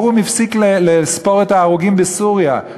האו"ם הפסיק לספור את ההרוגים בסוריה.